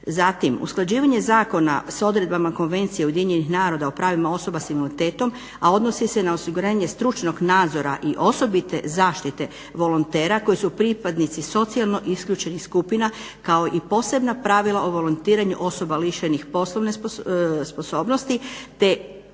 zatim usklađivanje zakona s odredbama Konvencije UN-a o pravima osoba s invaliditetom, a odnosi se na osiguranje stručnog nadzora i osobite zaštite volontera koji su pripadnici socijalno isključenih skupina, kao i posebna pravila o volontiranju osoba lišenih poslovne sposobnosti te